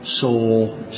soul